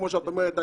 כמו שאת אומרת,